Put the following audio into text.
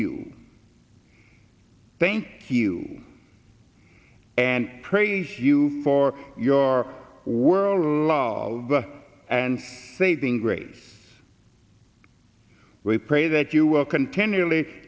you thank you and praise you for your world love and saving grace we pray that you are continually